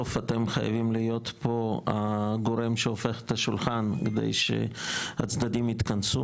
בסוף אתם חייבים להיות פה הגורם שהופך את השולחן כדי שהצדדים יתכנסו.